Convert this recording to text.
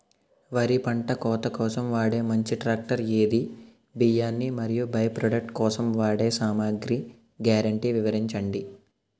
వరి పంట కోత కోసం వాడే మంచి ట్రాక్టర్ ఏది? బియ్యాన్ని మరియు బై ప్రొడక్ట్ కోసం వాడే సామాగ్రి గ్యారంటీ వివరించండి?